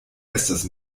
estas